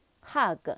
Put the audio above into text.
Hug